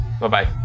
Bye-bye